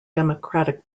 democratic